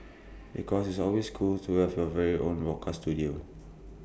because it's always cool to have your very own broadcast Studio